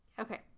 okay